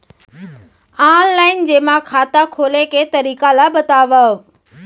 Online जेमा खाता खोले के तरीका ल बतावव?